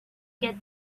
get